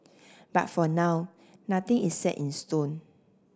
but for now nothing is set in stone